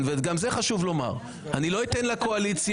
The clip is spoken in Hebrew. וגם זה חשוב לומר שאני לא אתן לקואליציה